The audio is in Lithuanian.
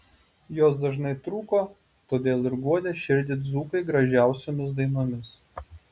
jos dažnai trūko todėl ir guodė širdį dzūkai gražiausiomis dainomis